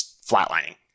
flatlining